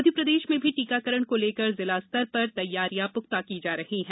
मध्यप्रदेश में भी टीकाकरण को लेकर जिला स्तर पर तैयारियां पुख्ता की जा रही है